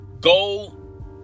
go